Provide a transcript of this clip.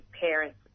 parents